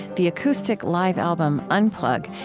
the acoustic live album unplug,